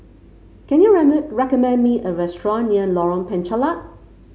can you recommend me a restaurant near Lorong Penchalak